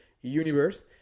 Universe